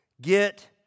get